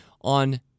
on